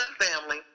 family